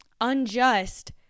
unjust